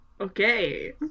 Okay